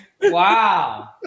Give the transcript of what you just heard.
wow